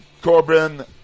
Corbin